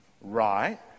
Right